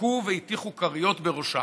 הכו והטיחו כריות בראשם.